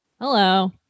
Hello